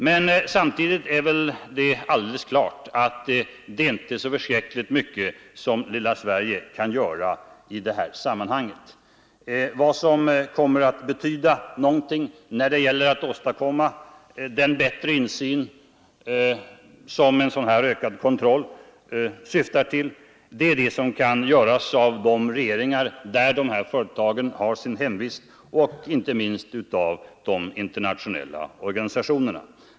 Men samtidigt är det väl alldeles klart att det är inte så förskräckligt mycket som lilla Sverige kan göra i det här sammanhanget. Vad som kommer att betyda någonting när det gäller att åstadkomma den bättre insyn som en sådan här ökad kontroll syftar till är det som kan göras av regeringarna i de länder där dessa företag har sin hemvist och inte minst av de internationella organisationerna.